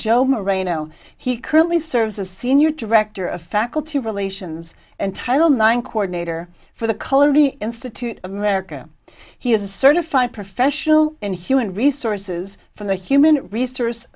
joe marino he currently serves as a senior director of faculty relations and title nine coordinator for the color institute of america he is a certified professional in human resources for the human resource